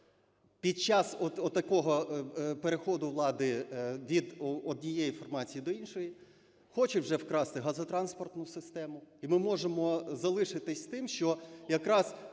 під час отакого переходу влади від однієї формації до іншої, хочуть вже вкрасти газотранспортну систему, і ми можемо залишитись з тим, що якраз